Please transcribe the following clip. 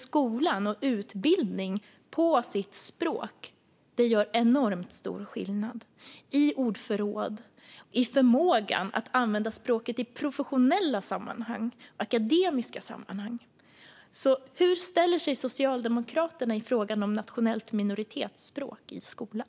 Skolan och utbildning på ens språk gör enormt stor skillnad i ordförråd och i förmågan att använda språket i professionella och akademiska sammanhang. Hur ställer sig Socialdemokraterna i frågan om nationellt minoritetsspråk i skolan?